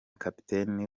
kapiteni